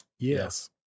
Yes